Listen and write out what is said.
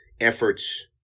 efforts